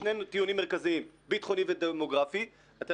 בשני טיעונים מרכזיים ביטחוני ודמוגרפי אתם